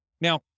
Now